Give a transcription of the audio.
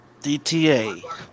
DTA